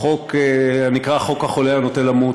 חוק הנקרא חוק החולה הנוטה למות.